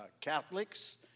Catholics